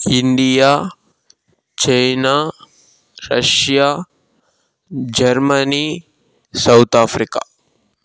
India China Russia Germany South Africa